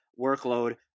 workload